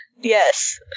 Yes